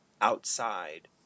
outside